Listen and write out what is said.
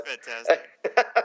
fantastic